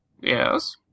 Yes